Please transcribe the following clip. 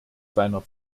seiner